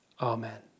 Amen